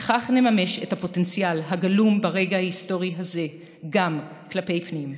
בכך נממש את הפוטנציאל הגלום ברגע ההיסטורי הזה גם כלפי פנים.